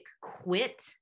quit